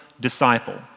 disciple